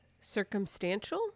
Circumstantial